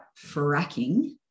fracking